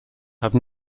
have